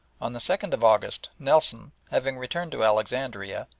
on the second of august nelson, having returned to alexandria,